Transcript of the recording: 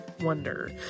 wonder